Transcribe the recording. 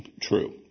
true